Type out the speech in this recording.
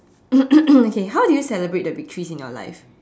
okay how do you celebrate the victories in your life